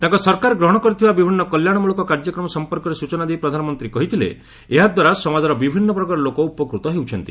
ତାଙ୍କ ସରକାର ଗ୍ରହଣ କରିଥିବା ବିଭିନ୍ନ କଲ୍ୟାଣମଳକ କାର୍ଯ୍ୟକ୍ରମ ସମ୍ପର୍କରେ ସୂଚନା ଦେଇ ପ୍ରଧାନମନ୍ତ୍ରୀ କହିଥିଲେ ଏହାଦ୍ୱାରା ସମାଜର ବିଭିନ୍ନ ବର୍ଗର ଲୋକ ଉପକୃତ ହେଉଛନ୍ତି